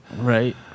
right